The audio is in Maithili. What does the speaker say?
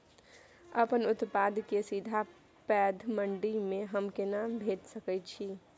अपन उत्पाद के सीधा पैघ मंडी में हम केना भेज सकै छी?